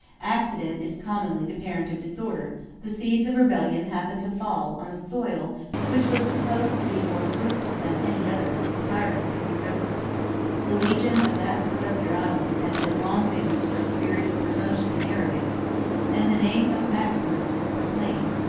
accident is commonly the parent of disorder the seeds of rebellion happened to fall on a soil which was supposed to be more fruitful than any other in tyrants and usurpers the legions of that sequestered island had been long famous for a spirit of presumption and arrogance and the name of maximus was proclaimed,